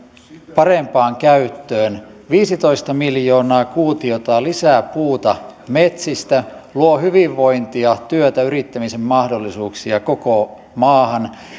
parempaan käyttöön viisitoista miljoonaa kuutiota lisää puuta metsistä luo hyvinvointia työtä yrittämisen mahdollisuuksia koko maahan